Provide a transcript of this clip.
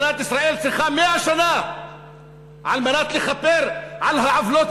מדינת ישראל צריכה 100 שנה כדי לכפר על העוולות